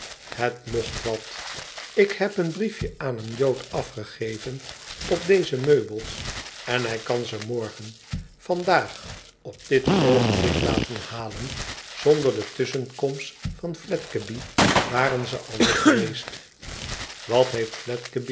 het mocht wat ik heb een briefje aan een jood afgegeven op deze meubels en hij kan ze morgen vandaag op dit oogenblik laten halen zonder de tusschenkomst van fledgeby waren ze al weg geweest wat heeft